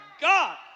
God